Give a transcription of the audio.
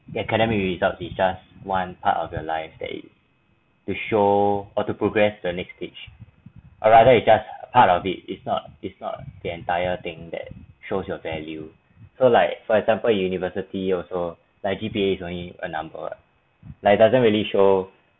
the academic results is just one part of your life that is to show or to progress to the next stage or rather it just part of it is not is not the entire thing that shows your value so like for example university also like G_P_A is only a number what like it doesn't really show